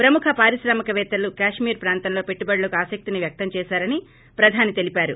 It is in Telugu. ప్రముఖ పారిశ్రామికపేత్తలు కశ్మీర్ ప్రాంతంలో పెట్టుబడులకు ఆసక్తిని వ్యక్తం చేశారని ప్రధాని తెలిపారు